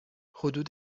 حدود